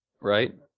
right